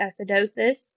Acidosis